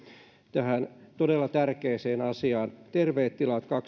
tähän todella tärkeään asiaan terveet tilat